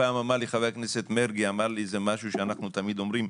חבר הכנסת מרגי אמר לי דבר שאנו תמיד אומרים: